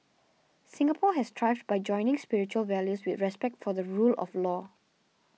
Singapore has thrived by joining spiritual values with respect for the rule of law